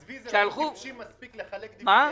אז ויזל היה טיפש מספיק לחלק דיבידנד.